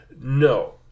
No